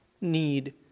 need